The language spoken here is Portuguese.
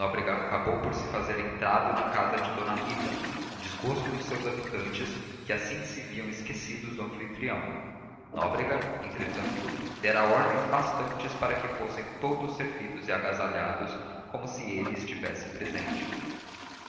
nóbrega acabou por se fazer entrado na casa de d rita com desgosto dos seus habituados que assim se viam esquecidos do anfitrião nóbrega entretanto dera ordens bastantes para que fossem todos servidos e agasalhados como se ele estivesse presente